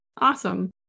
Awesome